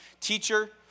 Teacher